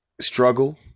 struggle